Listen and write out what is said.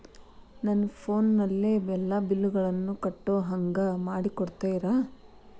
ನನ್ನ ಫೋನಿನಲ್ಲೇ ಎಲ್ಲಾ ಬಿಲ್ಲುಗಳನ್ನೂ ಕಟ್ಟೋ ಹಂಗ ಮಾಡಿಕೊಡ್ತೇರಾ?